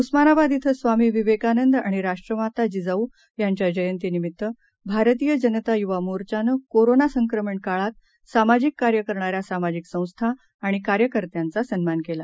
उस्मानाबाद िंस्वामीविवेकानंदआणिराष्ट्रमाताजिजाऊयांच्याजयंतीनिमित्तभारतीयजनतायुवामोर्चानंकोरनासंक्रमणकाळातसा माजिककार्यकरणाऱ्यासामाजिकसंस्थाआणिकार्यकर्त्यांचासन्मानकेला